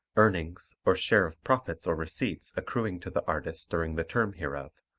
earnings or share of profits or receipts accruing to the artist during the term hereof,